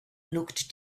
looked